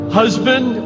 husband